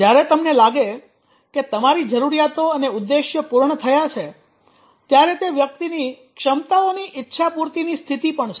જ્યારે તમને લાગે છે કે તમારી જરૂરિયાતો અને ઉદ્દેશ્ય પૂર્ણ થયા છે ત્યારે તે વ્યક્તિની 'ક્ષમતાઓની ઇચ્છાપૂર્તિ' ની સ્થિતિ પણ છે